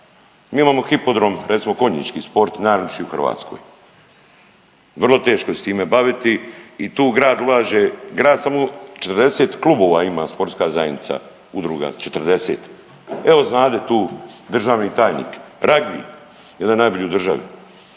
Mi imamo hipodrom recimo konjički sport najlipši u Hrvatskoj, vrlo se teško s time baviti i tu grad ulaže, grad samo 40 klubova ima sportska zajednica, udruga 40, evo znade tu državni tajnik ragbi jedan najbolji u državi,